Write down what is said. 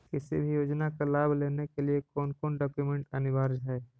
किसी भी योजना का लाभ लेने के लिए कोन कोन डॉक्यूमेंट अनिवार्य है?